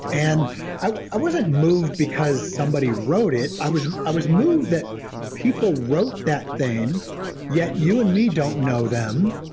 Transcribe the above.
and i i wasn't moved because somebody wrote it. i was i was moved that people wrote that thing yet you and me don't know them,